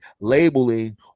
labeling